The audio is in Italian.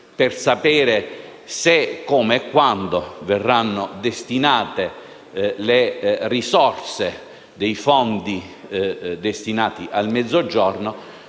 per sapere se, come e quando verranno destinate le risorse dei fondi per il Mezzogiorno